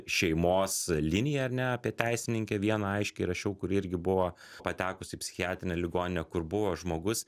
šeimos liniją ar ne apie teisininkę vieną aiškiai rašiau kuri irgi buvo patekusi į psichiatrinę ligoninę kur buvo žmogus